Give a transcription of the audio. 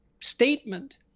statement